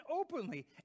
openly